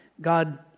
God